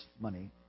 money